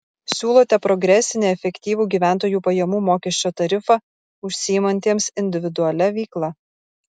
siūlote progresinį efektyvų gyventojų pajamų mokesčio tarifą užsiimantiems individualia veikla